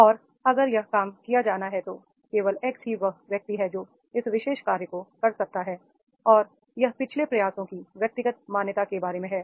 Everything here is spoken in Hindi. और अगर यह काम किया जाना है तो केवल एक्स ही वह व्यक्ति है जो इस विशेष कार्य को कर सकता है और यह पिछले प्रयासों की व्यक्तिगत मान्यता के बारे में है